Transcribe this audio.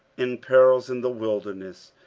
in perils in the wilderness,